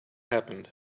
happened